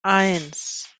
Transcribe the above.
eins